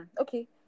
okay